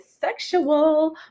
sexual